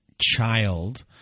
child